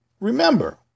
Remember